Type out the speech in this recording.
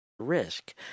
Risk